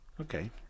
Okay